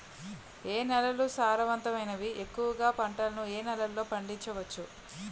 ఏ నేలలు సారవంతమైనవి? ఎక్కువ గా పంటలను ఏ నేలల్లో పండించ వచ్చు?